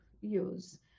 use